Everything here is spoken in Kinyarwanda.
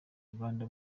uganda